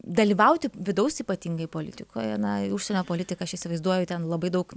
dalyvauti vidaus ypatingai politikoje na į užsienio politiką aš įsivaizduoju ten labai daug